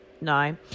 no